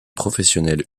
professionnelle